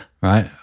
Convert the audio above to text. right